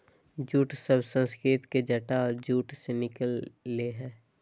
jute शब्द संस्कृत के जटा और जूट से निकल लय हें